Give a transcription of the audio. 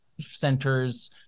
centers